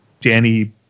Danny